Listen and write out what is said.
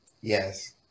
yes